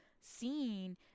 seeing